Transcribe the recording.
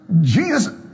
Jesus